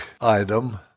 item